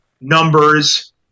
numbers